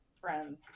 friends